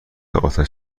آتش